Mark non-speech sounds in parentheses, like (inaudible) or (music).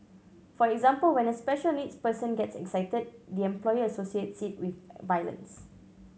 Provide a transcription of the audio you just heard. for example when a special needs person gets excited the employer associates it with (hesitation) violence